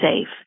safe